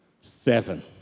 seven